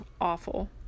awful